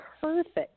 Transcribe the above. perfect